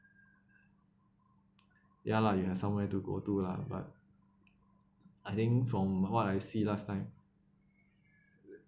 ya lah you have somewhere to go to lah but I think from what I see last time uh